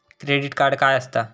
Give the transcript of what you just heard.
Credit card काय असता?